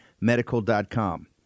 medical.com